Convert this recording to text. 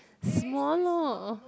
smaller